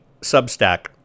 Substack